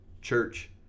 church